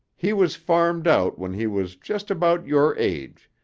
he was farmed out when he was just about your age,